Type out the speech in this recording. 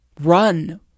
run